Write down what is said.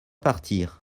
partir